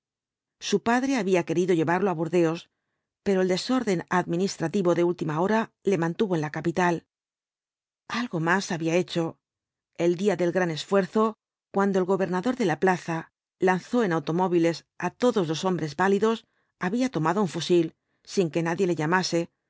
su padre había querido llevarlo á burdeos pero el desorden administrativo de última hora le mantuvo en la capital algo más había hecho el día del gran esfuerzo cuando el gobernador de la plaza lanzó en automóviles á todos los hombres válidos había tomado un fusil sin que nadie le llamase